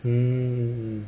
mm